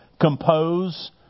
compose